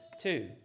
two